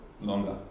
longer